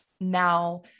now